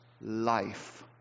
life